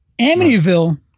Amityville